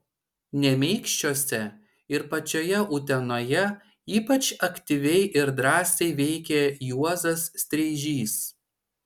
nemeikščiuose ir pačioje utenoje ypač aktyviai ir drąsiai veikė juozas streižys